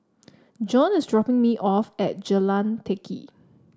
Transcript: John is dropping me off at Jalan Teck Kee